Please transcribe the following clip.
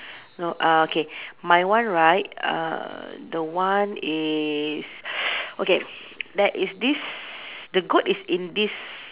no uh okay my one right err the one is s~ okay there is this the goat is in this